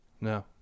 No